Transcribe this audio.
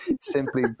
simply